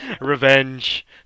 Revenge